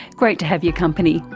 great to have your company,